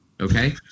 Okay